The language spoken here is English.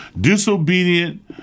disobedient